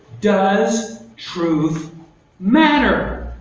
does truth matter?